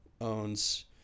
owns